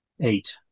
eight